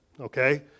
Okay